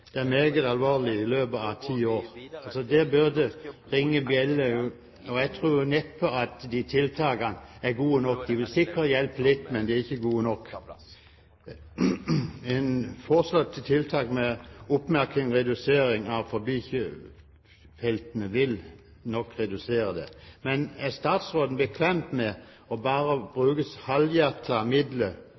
i løpet av ti år er meget alvorlig – det burde ringe en bjelle. Jeg tror neppe at disse tiltakene er gode nok. De vil sikkert hjelpe litt, men de er ikke gode nok. Forslag til tiltak med oppmerking av feltene for å redusere forbikjøring vil nok redusere det, men er statsråden bekvem med at en bare